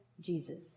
Jesus